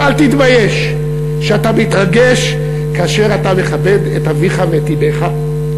ואל תתבייש שאתה מתרגש כאשר אתה מכבד את אביך ואת אמך,